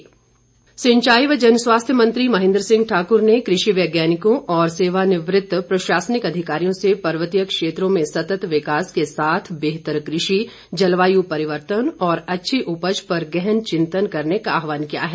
महेन्द्र सिंह सिंचाई व जनस्वास्थ्य मंत्री महेन्द्र सिंह ठाकुर ने कृषि वैज्ञानिकों और सेवा निवृत्त प्रशासनिक अधिकारियों से पर्वतीय क्षेत्रों में सत्त विकास के साथ बेहतर कृषि जलवायू परिवर्तन और अच्छी उपज पर गहन चिंतन करने का आहवान किया है